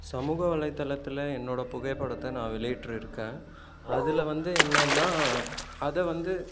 சமூக வலைத்தளத்தில் என்னோடய புகைப்படத்தை நான் வெளியிட்டு இருக்கேன் அதில் வந்து என்னென்னா அதை வந்து